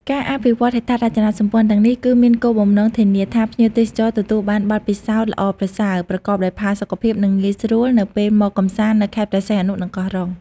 ការអភិវឌ្ឍហេដ្ឋារចនាសម្ព័ន្ធទាំងនេះ គឺមានគោលបំណងធានាថាភ្ញៀវទេសចរទទួលបានបទពិសោធន៍ល្អប្រសើរ ប្រកបដោយផាសុកភាព និងងាយស្រួលនៅពេលមកកម្សាន្តនៅខេត្តព្រះសីហនុ និងកោះរ៉ុង។